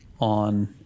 on